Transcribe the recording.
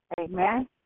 Amen